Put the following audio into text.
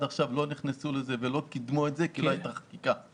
עכשיו לא נכנסו לזה ולא קידמו את זה כי לא הייתה חקיקה.